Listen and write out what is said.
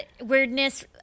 weirdness